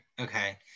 okay